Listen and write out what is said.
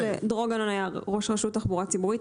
דרור גנון היה ראש רשות תחבורה ציבורית.